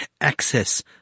access